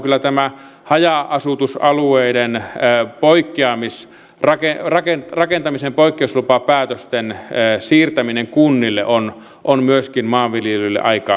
kyllä tämä haja asutusalueiden rakentamisen poikkeuslupapäätösten siirtäminen kunnille on myöskin maanviljelijöille aika iso asia